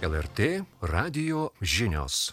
el er tė radijo žinios